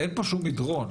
אין פה שום מדרון.